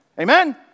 Amen